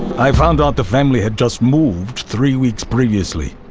i found out the family had just moved three weeks previously.